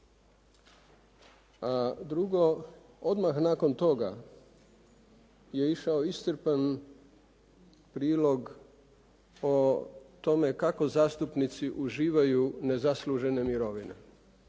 A drugo, odmah nakon toga je išao iscrpan prilog o tome kako zastupnici uživaju nezaslužene mirovine,